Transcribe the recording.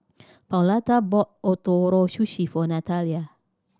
Pauletta bought Ootoro Sushi for Nathalia